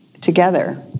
together